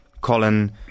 Colin